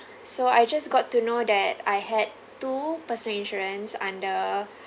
so I just got to know that I had two personal insurance under